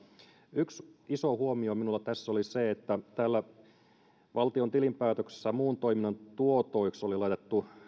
yksi iso huomio minulla tässä oli se että täällä valtion tilinpäätöksessä muun toiminnan tuotoiksi oli laitettu